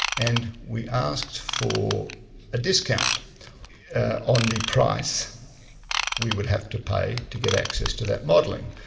and we asked for a discount on the price we would have to pay to get access to that modelling.